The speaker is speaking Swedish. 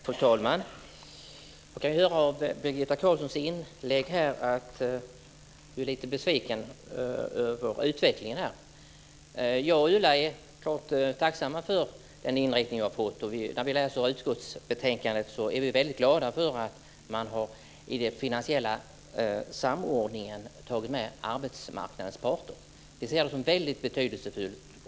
Fru talman! Jag kan höra av Birgitta Carlssons inlägg att hon är lite besviken över utvecklingen. Jag och Ulla Hoffmann är klart tacksamma för den inriktning som detta har fått. När vi läser utskottsbetänkandet är vi glada för att arbetsmarknadens parter har tagits med i den finansiella samordningen. Vi ser det som väldigt betydelsefullt.